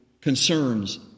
concerns